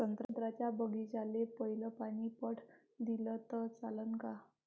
संत्र्याच्या बागीचाले पयलं पानी पट दिलं त चालन का?